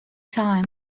time